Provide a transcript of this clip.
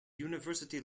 university